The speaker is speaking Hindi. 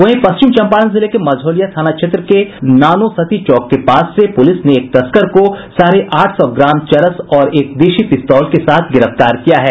वहीं पश्चिम चम्पारण जिले के मझौलिया थाना क्षेत्र के नानोसती चौक के पास से पुलिस ने एक तस्कर को साढ़े आठ सौ ग्राम चरस और एक देशी पिस्तौल के साथ गिरफ्तार किया है